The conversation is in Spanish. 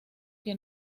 que